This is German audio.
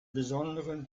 besonderen